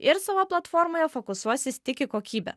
ir savo platformoje fokusuosis tik į kokybę